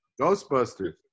Ghostbusters